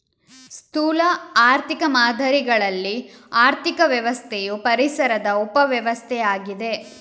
ಸ್ಥೂಲ ಆರ್ಥಿಕ ಮಾದರಿಗಳಲ್ಲಿ ಆರ್ಥಿಕ ವ್ಯವಸ್ಥೆಯು ಪರಿಸರದ ಉಪ ವ್ಯವಸ್ಥೆಯಾಗಿದೆ